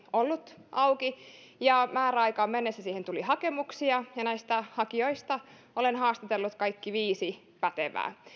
ollut auki määräaikaan mennessä siihen tuli hakemuksia ja näistä hakijoista olen haastatellut kaikki viisi pätevää